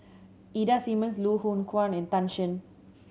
Ida Simmons Loh Hoong Kwan and Tan Shen